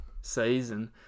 season